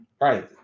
right